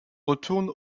retourne